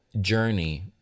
journey